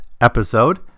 episode